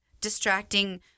distracting